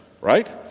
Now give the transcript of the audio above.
right